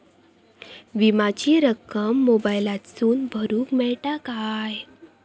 विमाची रक्कम मोबाईलातसून भरुक मेळता काय?